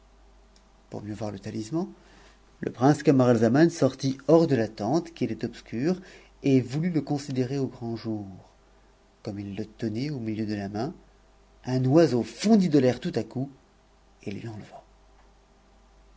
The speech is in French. pour mieux voir le talisman le prince camaralzaman sortit hors df la tente qui était obscure et voulut le considérer au grand jour comn'f il le tenait au milieu de la main un oiseau fondit de l'air tout à coup et le lui